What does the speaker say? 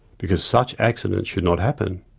because such accidents should not happen.